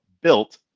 built